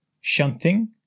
shunting